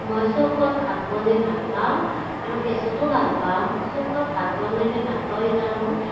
মই চৌকাত ভাত বনাই ভালপাওঁ আৰু গেছতো ভালপাওঁ চৌকাত ভাত বনালে ভালপাওঁ এইকাৰণত